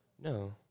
No